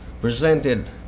presented